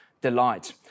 delight